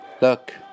look